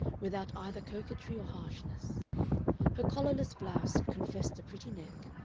without either coquetry or harshness her collarless blouse confessed a pretty neck,